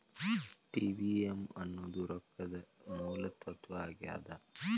TVM ಅನ್ನೋದ್ ರೊಕ್ಕದ ಮೂಲ ತತ್ವ ಆಗ್ಯಾದ